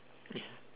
yeah